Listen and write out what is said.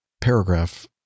paragraph